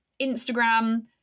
Instagram